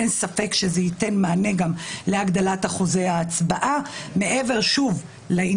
אין ספק שזה ייתן מענה גם להגדלת אחוזי ההצבעה מעבר לעניין